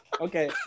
Okay